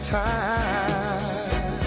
time